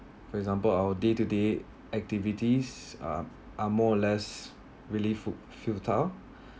for example our day to day activities ugh are more less relieve~ futile